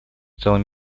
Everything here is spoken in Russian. целом